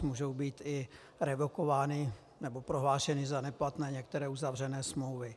Můžou být i revokovány nebo prohlášeny za neplatné některé uzavřené smlouvy.